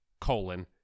colon